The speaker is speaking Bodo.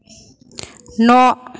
न'